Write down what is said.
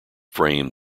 frame